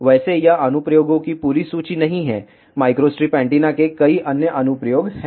वैसे यह अनुप्रयोगों की पूरी सूची नहीं है माइक्रोस्ट्रिप एंटीना के कई अन्य अनुप्रयोग हैं